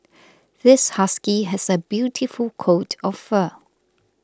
this husky has a beautiful coat of fur